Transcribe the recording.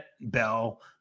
Bell